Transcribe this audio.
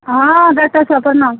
हॅं डॉक्टर साहेब प्रणाम